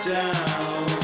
down